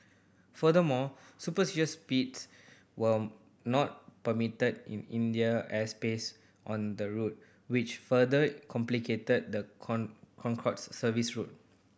furthermore supersonic speeds were not permitted in Indian airspace on the route which further complicated the Concorde service's route